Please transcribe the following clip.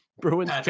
Bruins